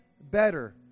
better